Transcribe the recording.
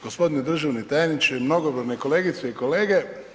Gospodine državni tajniče, mnogobrojne kolegice i kolege.